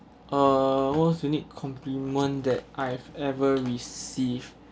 uh most unique compliment that I've ever receive